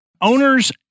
Owners